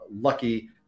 lucky